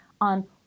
on